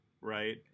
right